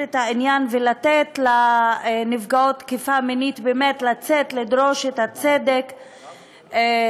את העניין ולתת לנפגעות תקיפה מינית באמת לצאת לדרוש את הצדק שלהן.